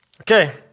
Okay